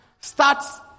starts